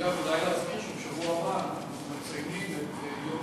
אגב, אולי נזכיר שבשבוע הבא אנחנו מציינים את יום